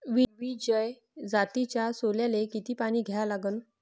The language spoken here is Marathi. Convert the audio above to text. विजय जातीच्या सोल्याले किती पानी द्या लागन?